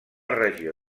regió